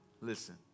Listen